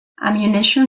ammunition